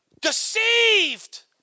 deceived